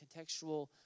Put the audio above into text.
contextual